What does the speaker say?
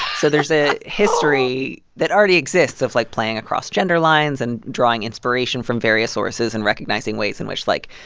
so there's a history that already exists of, like, playing across gender lines and drawing inspiration from various sources and recognizing ways in which, like,